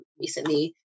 recently